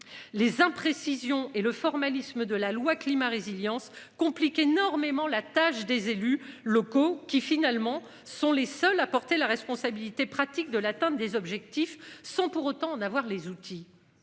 Les imprécisions et le formalisme de la loi climat résilience complique énormément la tâche des élus locaux qui finalement sont les seuls à porter la responsabilité, pratique de l'atteinte des objectifs sans pour autant en avoir les outils.